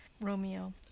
romeo